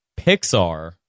Pixar